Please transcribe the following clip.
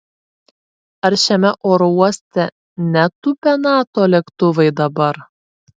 ar šiame oro uoste netūpia nato lėktuvai dabar